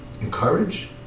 Encourage